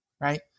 right